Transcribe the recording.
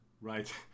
right